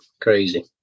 Crazy